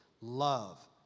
love